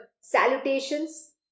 salutations